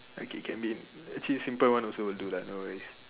okay can be actually simple one also will do lah no worries